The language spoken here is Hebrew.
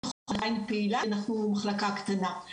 שעדיין פעילה כי אנחנו מחלקה קטנה.